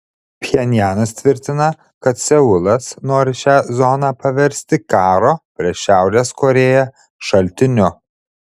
pchenjanas tvirtina kad seulas nori šią zoną paversti karo prieš šiaurės korėją šaltiniu